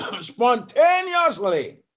spontaneously